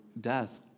death